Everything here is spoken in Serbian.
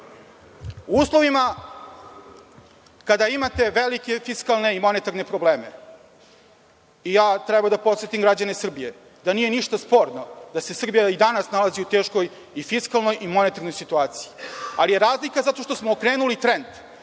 u uslovima kada imate velike fiskalne i monetarne probleme. Moram da podsetim građane Srbije da nije ništa sporno da se Srbija i danas nalazi u teškoj i fiskalnoj i monetarnoj situaciji, ali je razlika zato što smo okrenuli trend